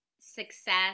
success